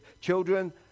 children